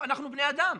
אנחנו בני-אדם.